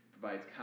provides